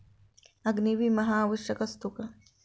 अग्नी विमा हा आवश्यक असतो का?